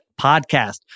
podcast